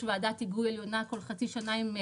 יש